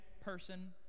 person